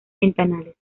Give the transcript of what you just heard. ventanales